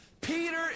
Peter